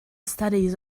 studies